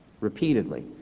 repeatedly